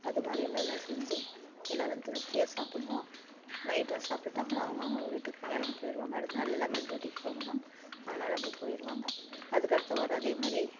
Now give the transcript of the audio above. அது மாதிரியெல்லாம் எதாவது செஞ்சு எல்லாரும் திருப்தியாக சாப்பிடுவோம் நைட்டும் சாப்பிட்டுட்டு அப்புறம் அவங்கவுங்க வீட்டுக்கு கிளம்பி போயிடுவாங்க அடுத்த நாள் எல்லாமே டூட்டிக்கு போகணும் அதனால அப்படி போயிடுவாங்க அதுக்கடுத்த வாரம் அதேமாதிரி